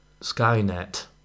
Skynet